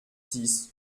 six